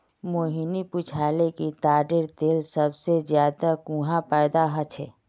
मोहिनी पूछाले कि ताडेर तेल सबसे ज्यादा कुहाँ पैदा ह छे